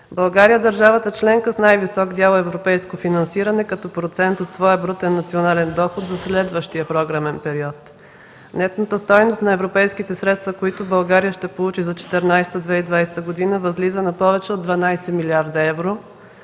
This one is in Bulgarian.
България е държавата членка с най-висок дял европейско финансиране като процент от своя брутен национален доход за следващия програмен период. Нетната стойност на европейските средства, които България ще получи за 2014-2020 г., възлиза на повече от 12 млрд. евро,